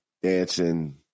dancing